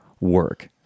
work